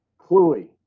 Cluey